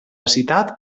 citat